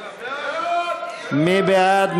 מי בעד?